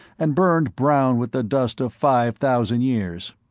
and burned brown with the dust of five thousand years.